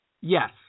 Yes